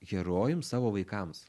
herojum savo vaikams